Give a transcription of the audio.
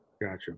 Gotcha